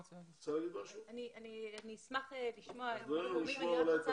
אני אשמח לשמוע את הדברים אבל אני רוצה לומר